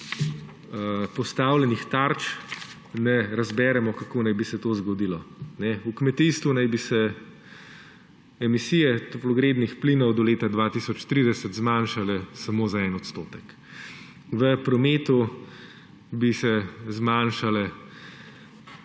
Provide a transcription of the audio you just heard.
postavljenih tarč ne razberemo, kako naj bi se to zgodilo. V kmetijstvu naj bi se emisije toplogrednih plinov do leta 2030 zmanjšale samo za en odstotek. V prometu bi se zmanjšale